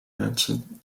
mensen